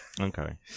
Okay